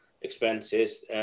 expenses